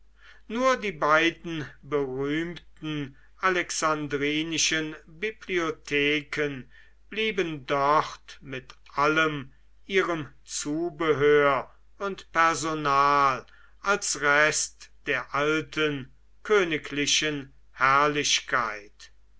nur die beiden berühmten alexandrinischen bibliotheken blieben dort mit allem ihrem zubehör und personal als rest der alten königlichen herrlichkeit